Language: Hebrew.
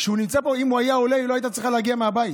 אם הוא היה עולה היא לא הייתה צריכה להגיע מהבית,